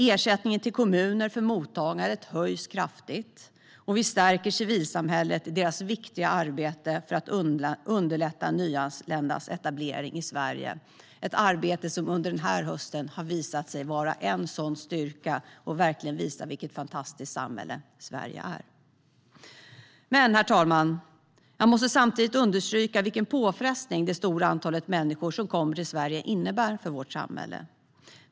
Ersättningen till kommuner för mottagandet höjs kraftigt, och vi stärker civilsamhället i dess viktiga arbete för att underlätta de nyanländas etablering i Sverige, ett arbete som under den här hösten visat sig vara en sådan styrka. Det har verkligen visat vilket fantastiskt land Sverige är. Men, herr talman, jag måste samtidigt understryka den påfrestning som det stora antalet människor som kommer till Sverige innebär för vårt samhälle.